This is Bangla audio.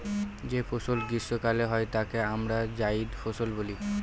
যে ফসল গ্রীস্মকালে হয় তাকে আমরা জাইদ ফসল বলি